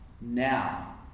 now